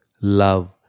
love